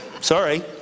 Sorry